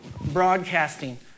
broadcasting